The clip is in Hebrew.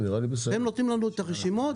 הם נותנים לנו את הרשימות.